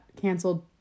canceled